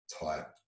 type